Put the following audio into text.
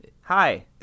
Hi